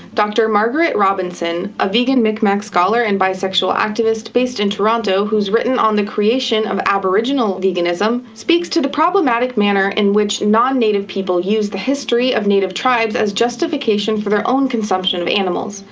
dr. margaret robinson, a vegan mi'kmaq scholar and bisexual activist based in toronto who's written on the creation of aboriginal veganism, speaks to the problematic manner in which non-native people use the history of native tribes as justification for their own consumption of animals.